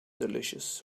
delicious